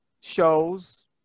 shows